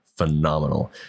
Phenomenal